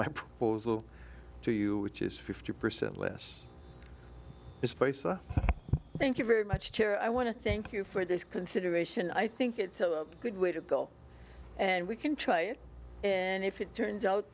my proposal to you which is fifty percent less misplaced thank you very much chair i want to thank you for this consideration i think it's a good way to go and we can try it and if it turns out